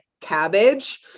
cabbage